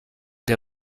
der